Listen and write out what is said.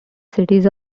cities